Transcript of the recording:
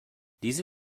diese